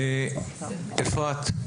אפרת,